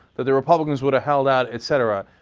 that the republicans would've held out, etc.